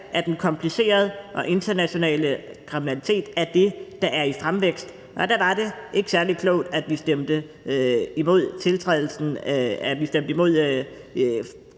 at den komplicerede og internationale kriminalitet er i fremvækst. Der var det ikke særlig klogt, at vi stemte imod, da der i sin tid